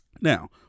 now